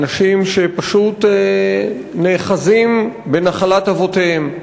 אנשים שפשוט נאחזים בנחלת אבותיהם,